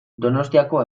donostiako